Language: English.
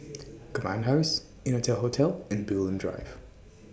Command House Innotel Hotel and Bulim Drive